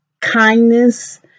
kindness